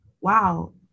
wow